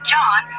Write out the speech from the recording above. John